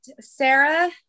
Sarah